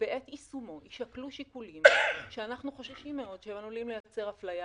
ובעת יישומו יישקלו שיקולים שאנחנו חוששים מאוד שהם עלולים לייצר אפליה,